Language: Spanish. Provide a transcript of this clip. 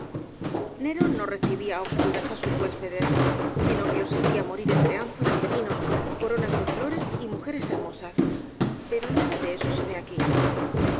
nerón no recibía á obscuras á sus huéspedes sino que los hacía morir entre ánforas de vino coronas de flores y mujeres hermosas pero nada de eso se ve aqmí aquí